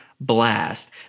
blast